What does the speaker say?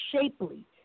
shapely